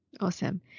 Awesome